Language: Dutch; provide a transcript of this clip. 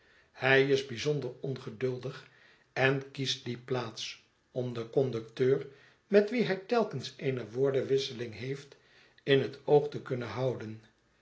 hij is bijzonder ongeduldig en kiest die plaats om den conducteur met wien hij telkens eene woordenwisseling heeft in het oog te kunnen houden